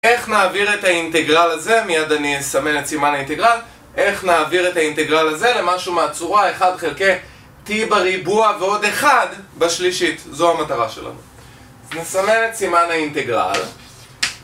איך נעביר את האינטגרל הזה, מיד אני אסמן את סימן האינטגרל, איך נעביר את האינטגרל הזה למשהו מהצורה 1 חלקי t בריבוע ועוד 1 בשלישית, זו המטרה שלנו. אז נסמן את סימן האינטגרל.